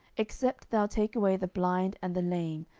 except thou take away the blind and the lame,